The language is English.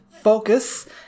Focus